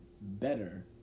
better